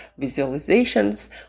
visualizations